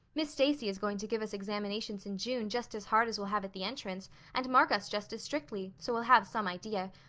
miss stacy is going to give us examinations in june just as hard as we'll have at the entrance and mark us just as strictly, so we'll have some idea.